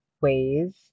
ways